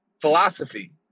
philosophy